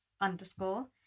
Underscore